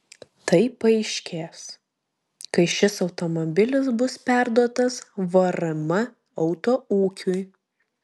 tai paaiškės kai šis automobilis bus perduotas vrm autoūkiui